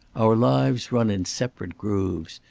our lives run in separate grooves.